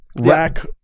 rack